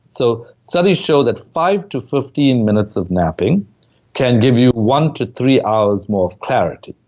so studies show that five to fifteen minutes of napping can give you one to three hours more of clarity.